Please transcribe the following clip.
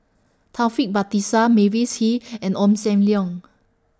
Taufik Batisah Mavis Hee and Ong SAM Leong